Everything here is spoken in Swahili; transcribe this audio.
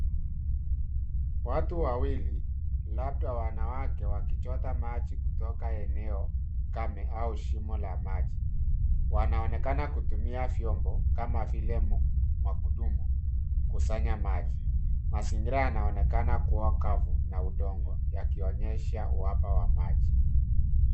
Watu wawili, labda wanawake wakichota maji kutoka eneo kame au shimo la maji. wanaonekana kutumia vyombo kama vile makudumu kusanya maji. Mazingira yanaonekana kuwa kavu na udongo yakionyesha uhaba wa maji.